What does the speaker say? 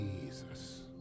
Jesus